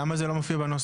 למה זה לא מופיע בנוסח?